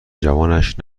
جوانش